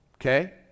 Okay